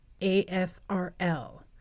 AFRL